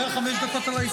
חברי סיעתי לא נמצאים באולם,